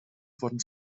wurden